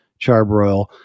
Charbroil